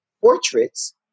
portraits